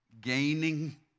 gaining